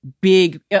big